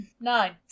Nine